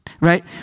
Right